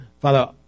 Father